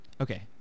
Okay